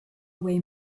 away